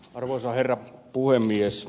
arvoisa herra puhemies